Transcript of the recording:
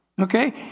Okay